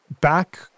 Back